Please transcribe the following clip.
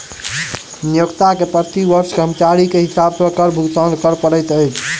नियोक्ता के प्रति वर्ष कर्मचारी के हिसाब सॅ कर भुगतान कर पड़ैत अछि